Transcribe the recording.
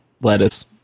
lettuce